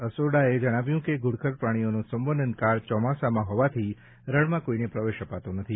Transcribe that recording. અસોડાએ જણાવ્યું છે કે ઘુડખર પ્રાણીનો સંવનનકાળ ચોમાસામાં હોવાથી રણમાં કોઈને પ્રવેશ અપાતો નથી